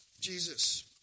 Jesus